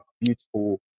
beautiful